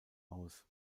aus